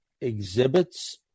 exhibits